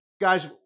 Guys